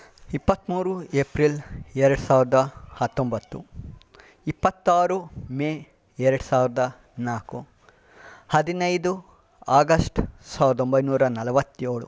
ಇಪ್ಪತ್ತ್ಮೂರು ಏಪ್ರಿಲ್ ಎರ್ಡು ಸಾವಿರ್ದ ಹತ್ತೊಂಬತ್ತು ಇಪ್ಪತ್ತಾರು ಮೇ ಎರ್ಡು ಸಾವಿರ್ದ ನಾಲ್ಕು ಹದಿನೈದು ಆಗಸ್ಟ್ ಸಾವ್ರ್ದ ಒಂಬೈನೂರ ನಲವತ್ತೇಳು